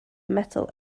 metal